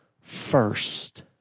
first